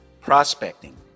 prospecting